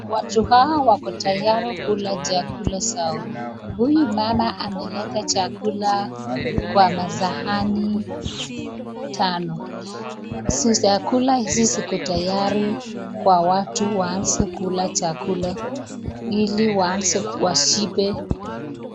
Watu hawa wako tayari kula chakula zao, huyu mama ameleta chakula kwa sahani tano , chakula hizi ziko tayari kwa watu waeze kula chakula ili washibe.